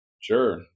Sure